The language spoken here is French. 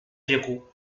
verrous